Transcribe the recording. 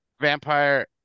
Vampire